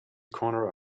corner